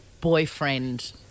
boyfriend